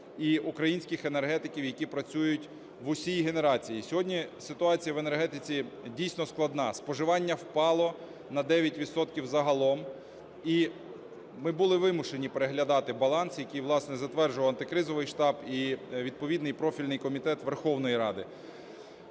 і українських енергетиків, які працюють в усій генерації. Сьогодні ситуація в енергетиці, дійсно, складна: споживання впало на 9 відсотків загалом, і ми були вимушені переглядати баланс, який, власне, затверджував антикризовий штаб і відповідний профільний комітет Верховної Ради.